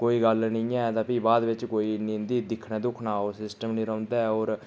कोई गल्ल नी ऐ ते फ्ही बाद बिच्च कोई इन्नी इं'दी दिक्खने दुक्खने दा ओह् सिस्टम नी रौह्न्दा ऐ होर